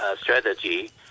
strategy